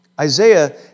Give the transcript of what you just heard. Isaiah